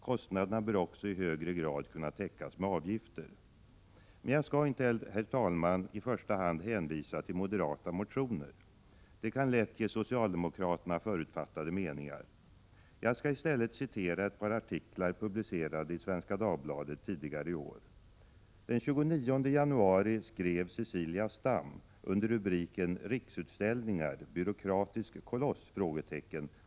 Kostnaderna bör också i högre grad kunna täckas med avgifter. Men jag skall inte i första hand hänvisa till moderata motioner. Det kan lätt ge socialdemokraterna förutfattade meningar. Jag skall i stället citera ett par artiklar publicerade i Svenska Dagbladet tidigare i år. Den 29 januari skrev Cecilia Stam under rubriken Riksutställningar — byråkratisk koloss?